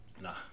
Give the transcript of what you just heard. Nah